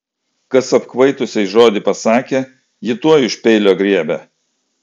kas apkvaitusiai žodį pasakė ji tuoj už peilio griebia